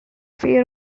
fear